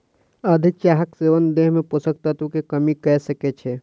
अधिक चाहक सेवन देह में पोषक तत्व के कमी कय सकै छै